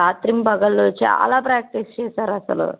రాత్రియంబవళ్ళు చాలా ప్రాక్టీస్ చేసారసలు